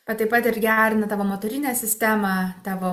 bet taip pat ir gerina tavo motorinę sistemą tavo